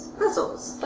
puzzles.